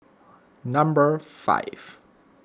number five